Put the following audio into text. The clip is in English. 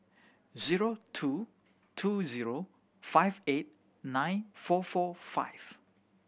zero two two zero five eight nine four four five